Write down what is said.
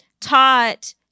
taught